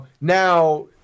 Now